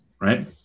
right